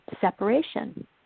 separation